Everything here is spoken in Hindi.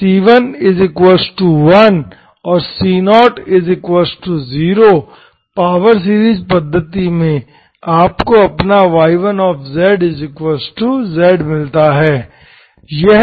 यदि c11और c00 पावर सीरीज पद्धति में आपको अपना y1zz मिलता है